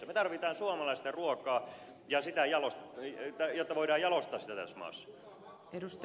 me tarvitsemme suomalaista ruokaa jotta sitä voidaan jalostaa tässä maassa